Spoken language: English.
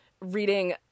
reading